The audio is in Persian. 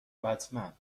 بتمن